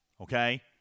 Okay